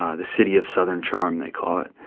ah the city of southern charm, they call it.